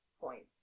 points